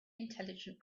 intelligent